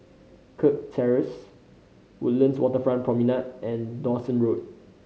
Kirk Terrace Woodlands Waterfront Promenade and Dawson Road